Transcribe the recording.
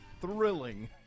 thrilling